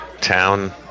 town